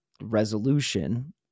resolution